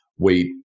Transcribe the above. wait